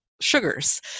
sugars